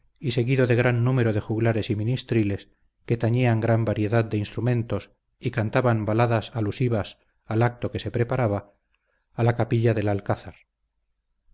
y seguido de gran número de juglares y ministriles que tañían gran variedad de instrumentos y cantaban baladas alusivos al acto que se preparaba a la capilla del alcázar